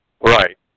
Right